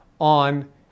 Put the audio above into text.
on